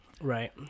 Right